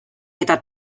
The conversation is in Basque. eta